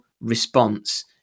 response